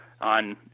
on